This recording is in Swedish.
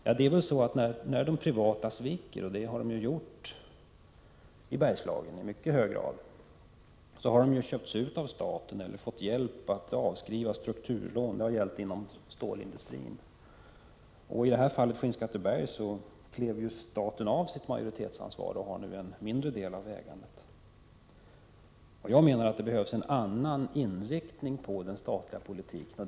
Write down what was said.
När de privata företagen sviker, och det har de i mycket hög grad gjort i Bergslagen, har de köpts ut av staten eller fått hjälp att avskriva strukturlån. Det har gällt inom stålindustrin. I fallet Skinnskatteberg klev staten av sitt majoritetsansvar och har nu en mindre del av ägandet. Jag menar att det behövs en annan inriktning på den statliga politiken.